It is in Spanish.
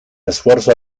esfuerzo